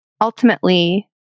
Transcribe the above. ultimately